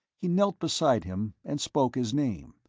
he knelt beside him, and spoke his name,